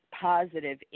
positive